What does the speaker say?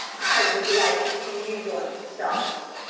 i would like to see anyone stop me,